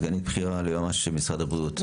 סגנית בכירה ליועמ"ש משרד הבריאות,